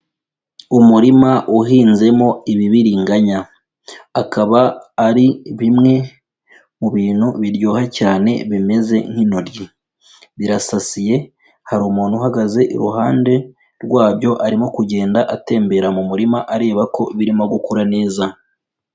Umurima uhinzemo ibibiringanya. Akaba ari bimwe mu bintu biryoha cyane bimeze nk'intoryi. Birasasiye, hari umuntu uhagaze iruhande rwabyo arimo kugenda atembera mu murima, areba ko birimo gukura neza.